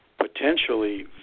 potentially